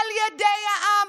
על ידי העם,